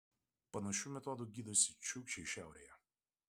panašiu metodu gydosi čiukčiai šiaurėje